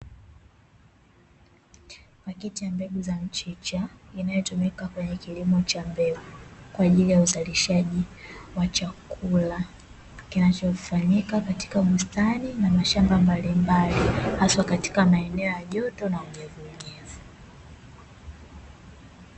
Pakiti ya mbegu za mchicha inayotumika kwenye kilimo cha mbegu, kwa ajili ya uzalishaji wa chakula, kinachofanyika katika bustani na mashamba mbalimbali, haswa katika maeneo ya joto na unyevu unyevu.